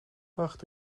wacht